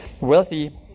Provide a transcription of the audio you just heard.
wealthy